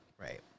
Right